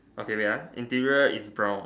okay wait ah interior is brown